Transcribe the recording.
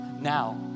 now